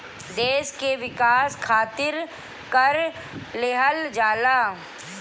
देस के विकास खारित कर लेहल जाला